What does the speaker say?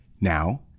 Now